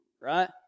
right